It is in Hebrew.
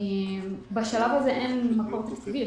בשלב הזה אין מקור תקציבי.